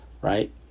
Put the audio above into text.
right